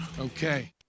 Okay